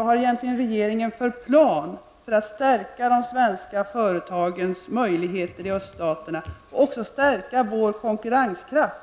Vad har regeringen för plan för att stärka de svenska företagens möjligheter i öststaterna och stärka vår konkurrenskraft